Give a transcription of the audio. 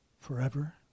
forever